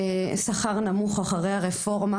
שכר נמוך אחרי הרפורמה,